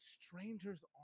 strangers